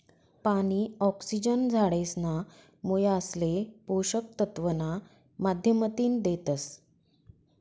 पानी, ऑक्सिजन झाडेसना मुयासले पोषक तत्व ना माध्यमतीन देतस